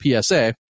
PSA